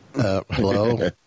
hello